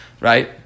right